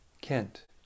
Kent